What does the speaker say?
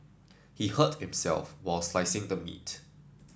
he hurt himself while slicing the meat